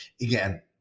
again